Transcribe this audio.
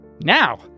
now